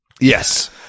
Yes